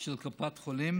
של קופות החולים,